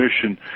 commission